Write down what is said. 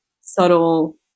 subtle